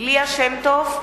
ליה שמטוב,